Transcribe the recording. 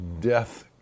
death